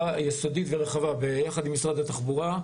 יסודית ורחבה יחד עם משרד התחבורה,